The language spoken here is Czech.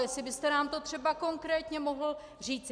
Jestli byste nám to třeba konkrétně mohl říct.